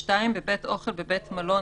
(2) בבית אוכל בבית מלון,